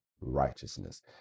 righteousness